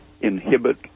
inhibit